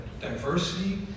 Diversity